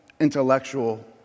intellectual